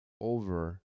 over